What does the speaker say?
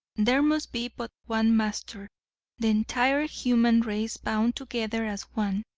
there must be but one master the entire human race bound together as one.